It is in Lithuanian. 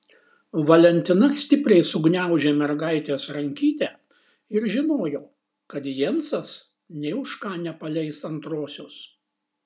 valentina stipriai sugniaužė mergaitės rankytę ir žinojo kad jensas nė už ką nepaleis antrosios